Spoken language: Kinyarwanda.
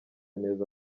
neza